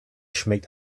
schmeckt